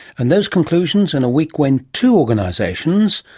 and those conclusions in a week when two organisations,